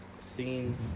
Seen